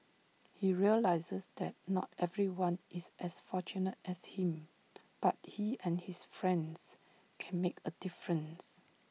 he realises that not everyone is as fortunate as him but he and his friends can make A difference